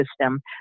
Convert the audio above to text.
system